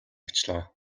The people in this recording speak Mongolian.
очлоо